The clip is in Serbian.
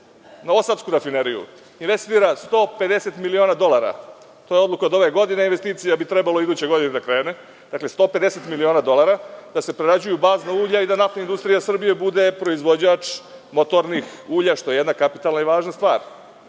novosadsku rafineriju investira 150 miliona dolara. To je odluka od ove godine i investicija bi trebala iduće godine da krene. Dakle, 150 miliona dolara da se prerađuju bazna ulja i da NIS bude proizvođač motornih ulja, što je jedna kapitalna i važna